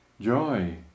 joy